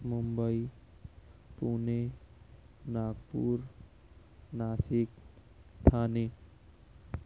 Mumbai Pune Nagpur Nashik Thane